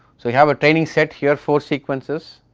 so you have a training set here four sequences,